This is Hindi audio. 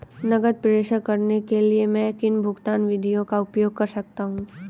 नकद प्रेषण करने के लिए मैं किन भुगतान विधियों का उपयोग कर सकता हूँ?